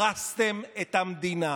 הרסתם את המדינה.